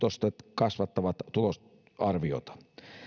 kasvattavat tulosarviota